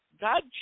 God